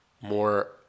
more